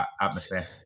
atmosphere